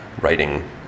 writing